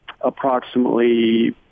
approximately